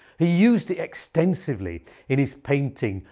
he used it extensively in his painting,